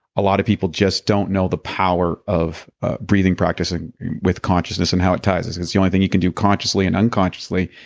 a lot of people just don't know the power of breathing practicing with consciousness and how it ties. it's the only thing you can do consciously and unconsciously,